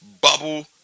bubble